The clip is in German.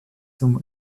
zum